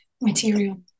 material